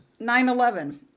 9-11